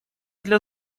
для